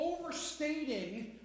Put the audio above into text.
overstating